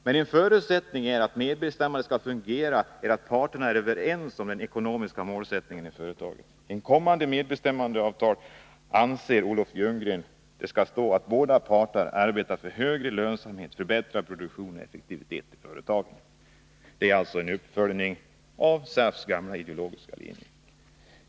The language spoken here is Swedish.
Men en ”förutsättning för att medbestämmandet skall fungera är att parterna är överens om de ekonomiska målsättningarna för företaget”. I ett kommande medbestämmandeavtal skall det, anser Olof Ljunggren, stå att båda parter arbetar för högre lönsamhet, förbättrad produktion och effektivitet i företagen. Det är alltså en uppföljning av SAF:s gamla ideologiska linje.